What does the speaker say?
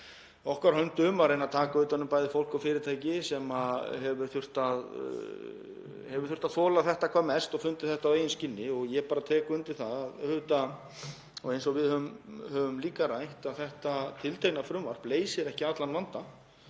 okkar höndum að reyna að taka utan um bæði fólk og fyrirtæki sem hafa þurft að þola þetta hvað mest og fundið þetta á eigin skinni. Ég bara tek undir það, eins og við höfum líka rætt, að þetta tiltekna frumvarp leysir ekki allan vanda